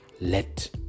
let